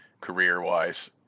career-wise